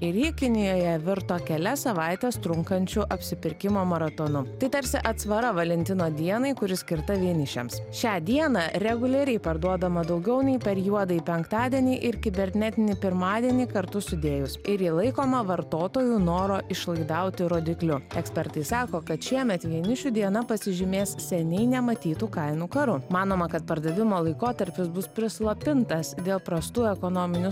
ir ji kinijoje virto kelias savaites trunkančiu apsipirkimo maratonu tai tarsi atsvara valentino dienai kuri skirta vienišiems šią dieną reguliariai parduodama daugiau nei per juodąjį penktadienį ir kibernetinį pirmadienį kartu sudėjus ir ji laikoma vartotojų noro išlaidauti rodikliu ekspertai sako kad šiemet vienišių diena pasižymės seniai nematytu kainų karu manoma kad pardavimo laikotarpis bus prislopintas dėl prastų ekonominių